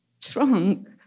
trunk